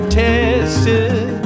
tested